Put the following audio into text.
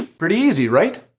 pretty easy, right?